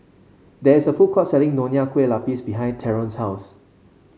there is a food court selling Nonya Kueh Lapis behind Theron's house